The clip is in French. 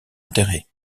intérêt